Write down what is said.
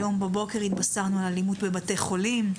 היום בבוקר התבשרנו על אלימות בבתי חולים.